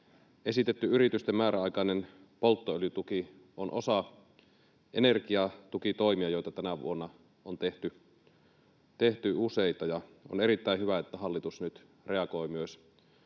esitetty yritysten määräaikainen polttoöljytuki on osa energiatukitoimia, joita tänä vuonna on tehty useita. On erittäin hyvä, että hallitus nyt reagoi myös